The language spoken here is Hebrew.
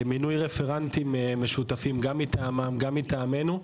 מינוי רפרנטים משותפים גם מטעמם וגם מטעמינו.